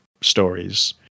stories